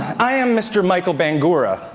i am mr micheal bangura,